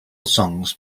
songs